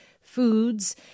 Foods